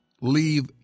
leave